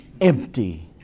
empty